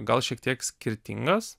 gal šiek tiek skirtingas